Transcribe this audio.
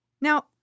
Now